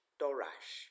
dorash